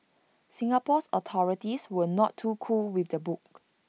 Singapore's authorities were not too cool with the book